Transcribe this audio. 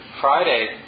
Friday